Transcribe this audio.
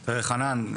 חנן,